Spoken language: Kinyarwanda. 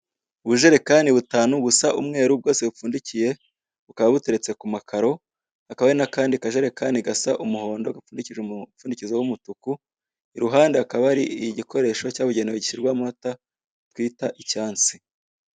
Ubujerekani butanu busa umweru bwose bupfundikiye, bukaba buteretse ku makaro hakaba hari n'akandi kajerekani gasa umuhondo gapfundikije umupfundikizo w'umutuku, iruhande hakaba hari igikoresho cyabugenwe gishyirwamo amata twita icyansi.